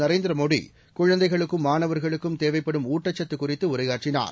நரேந்திரமோடிகுழந்தைகளுக்கும் மாணவர்களுக்கும் தேவைப்படும் ஊட்டச்சத்துகுறித்துடரையாற்றினார்